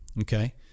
okay